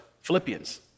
Philippians